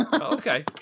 Okay